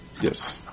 Yes